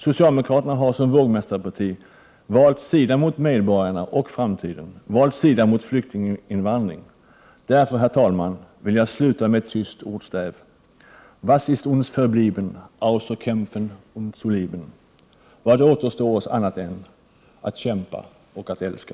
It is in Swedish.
Socialdemokraterna har som vågmästarparti valt sida mot medborgarna och framtiden, valt sida mot flyktinginvandring. Därför, herr talman, vill jag sluta med ett tyskt ordstäv: ”Was ist uns verblieben, ausser kämpfen und zu lieben?” Vad återstår oss annat än att kämpa och att älska?